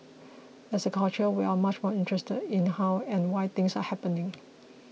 as a culture we are much more interested in how and why things are happening